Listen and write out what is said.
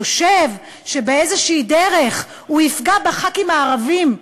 חושב שבאיזושהי דרך הוא יפגע בחברי הכנסת הערבים,